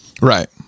right